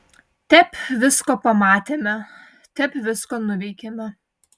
tep visko pamatėme tep visko nuveikėme